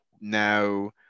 Now